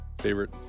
favorite